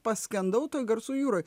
paskendau toj garsų jūroj